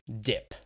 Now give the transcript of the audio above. dip